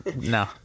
no